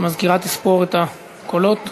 המזכירה תספור את הקולות.